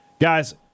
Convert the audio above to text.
Guys